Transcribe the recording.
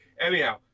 Anyhow